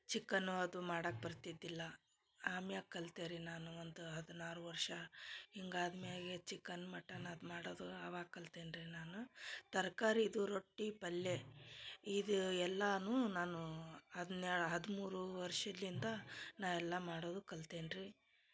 chicken ಅದು ಮಾಡಾಕೆ ಬರ್ತಿದ್ದಿಲ್ಲ ಆಮ್ಯಾಗ ಕಲ್ತೆ ರೀ ನಾನು ಒಂದು ಹದಿನಾರು ವರ್ಷ ಹಿಂಗ ಆದ್ಮ್ಯಾಗೆ ಚಿಕನ್ ಮಟನ್ ಅದು ಮಾಡದು ಆವಾಗ ಕಲ್ತೇನಿ ರೀ ನಾನು ತರಕಾರಿ ಇದು ರೊಟ್ಟಿ ಪಲ್ಯೆ ಇದು ಎಲ್ಲಾನೂ ನಾನು ಹದಿನೇಳು ಹದಿಮೂರು ವರ್ಷಲಿಂದ ನಾ ಎಲ್ಲ ಮಾಡೋದು ಕಲ್ತೇನೆ ರೀ